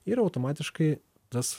ir automatiškai tas